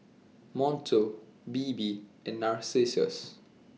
Monto Bebe and Narcissus